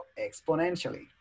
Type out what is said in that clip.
exponentially